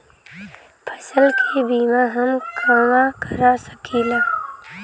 फसल के बिमा हम कहवा करा सकीला?